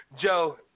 Joe